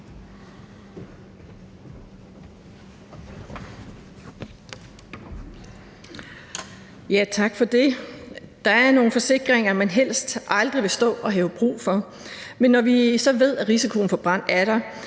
(V): Tak for det. Der er nogle forsikringer, man helst aldrig vil stå og have brug for, men når vi så ved, at risikoen for brand er der,